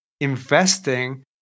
investing